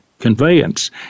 conveyance